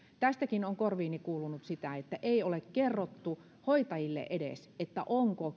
tästäkin on korviini kuulunut sitä että ei ole kerrottu hoitajille edes onko